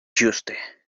ĝuste